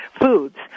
foods